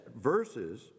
verses